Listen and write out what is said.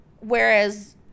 Whereas